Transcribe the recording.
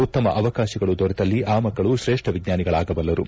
ಉತ್ತಮ ಅವಕಾಶಗಳು ದೊರೆತಲ್ಲಿ ಆ ಮಕ್ಕಳು ಶ್ರೇಷ್ಠ ವಿಜ್ಞಾನಿಗಳಾಗಬಲ್ಲರು